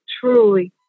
truly